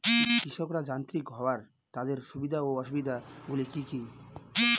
কৃষকরা যান্ত্রিক হওয়ার তাদের সুবিধা ও অসুবিধা গুলি কি কি?